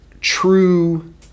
true